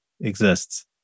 exists